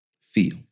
feel